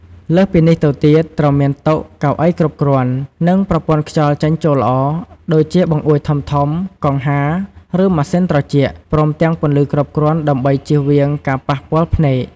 លើសពីនេះទៅទៀត ត្រូវមានតុ កៅអីគ្រប់គ្រាន់ និងប្រព័ន្ធខ្យល់ចេញចូលល្អ ដូចជាបង្អួចធំៗ កង្ហារ ឬម៉ាស៊ីនត្រជាក់ ព្រមទាំងពន្លឺគ្រប់គ្រាន់ដើម្បីជៀសវាងការប៉ះពាល់ភ្នែក។